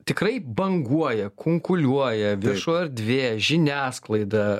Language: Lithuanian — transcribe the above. tikrai banguoja kunkuliuoja viešoji erdvė žiniasklaida